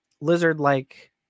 lizard-like